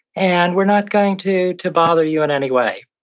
and we're not going to to bother you in any way.